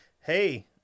hey